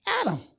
Adam